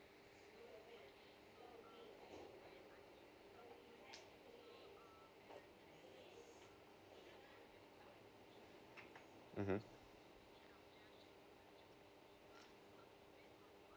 mmhmm